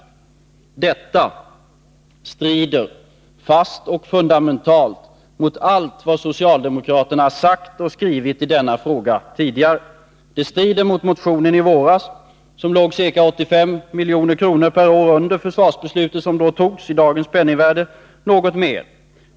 Detta strider fast och fundamentalt mot allt vad socialdemokraterna sagt och skrivit i denna fråga tidigare. Det strider mot motionen i våras, som låg ca 85 milj.kr. per år — i dagens penningvärde något mer — under det försvarsbeslut som då fattades.